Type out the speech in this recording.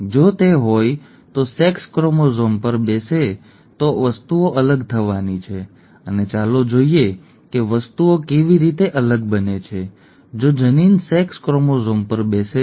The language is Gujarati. જો તે હોય તો સેક્સ ક્રોમોઝોમ પર બેસે તો વસ્તુઓ અલગ થવાની છે અને ચાલો જોઈએ કે વસ્તુઓ કેવી રીતે અલગ બને છે જો જનીન સેક્સ ક્રોમોઝોમ પર બેસે છે